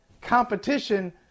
competition